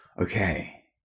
Okay